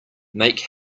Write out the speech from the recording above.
make